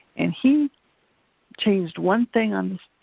and he changed one thing on